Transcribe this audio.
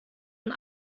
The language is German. und